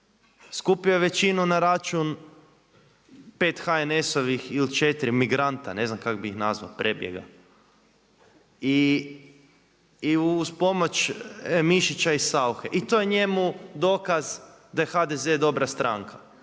Skupio je većinu na račun pet HNS-ovih ili četiri migranta, ne znam kak bi ih nazvao, prebjega i uz pomoć Mišića i Sauche i to je njemu dokaz da je HDZ dobra stranka